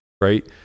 right